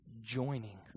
Joining